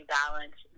balance